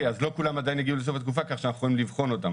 אז לא כולם עדיין הגיעו לסוף התקופה כך שאנחנו יכולים לבחון אותם.